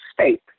State